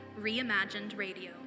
reimaginedradio